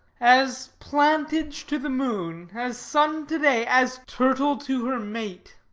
as plantage to the moon, as sun to day, as turtle to her mate,